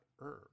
herb